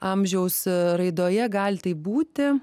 amžiaus raidoje gali tai būti